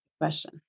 question